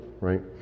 right